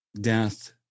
death